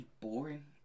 Boring